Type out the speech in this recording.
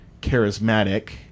charismatic